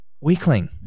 Weakling